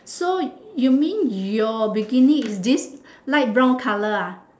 so you mean your bikini is this light brown colour ah